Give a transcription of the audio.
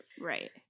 right